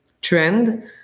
trend